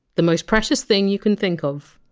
the most precious thing you can think of.